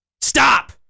stop